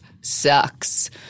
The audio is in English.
sucks